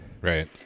Right